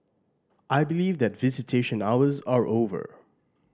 I believe that visitation hours are over